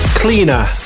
cleaner